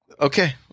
Okay